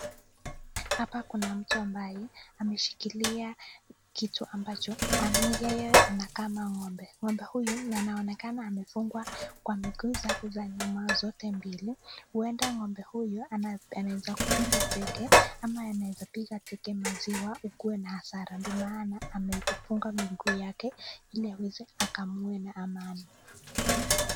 Hapa kuna mtu ambaye, ameshikilia kitu ambacho ama yeye anakama ng'ombe. Ng'ombe huyu anaonekana amefungwa kwa miguu zake zake za nyuma zote mbili, uenda ng'ombe huyu anaweza kupiga teke, ama anaweza piga teke maziwa ukuwe na hasara ndio maana ameifunga miguu yake, ili aweze akamue na amani.